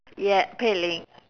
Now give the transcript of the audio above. ye~ pei ling